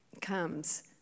comes